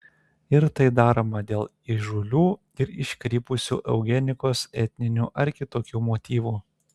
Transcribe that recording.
ir tai daroma dėl įžūlių ir iškrypusių eugenikos etninių ar kitokių motyvų